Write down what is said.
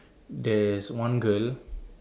there's one girl